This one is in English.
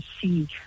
see